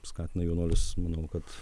skatina jaunuolius manau kad